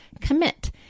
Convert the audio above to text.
COMMIT